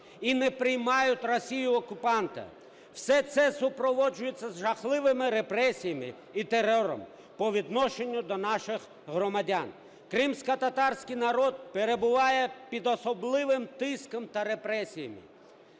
і не приймають Росію-окупанта. Все це супроводжується з жахливими репресіями і терором по відношенню до наших громадян. Кримськотатарський народ перебуває під особливим тиском та репресіями.